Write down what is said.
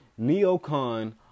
neocon